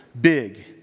big